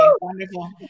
wonderful